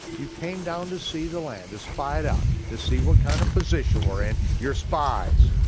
you came down to see the land, to spy it out, to see what kind of position we're in, you're spies.